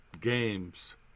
games